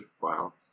file